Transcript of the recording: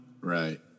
Right